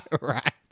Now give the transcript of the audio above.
right